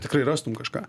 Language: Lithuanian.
tikrai rastum kažką